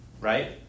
right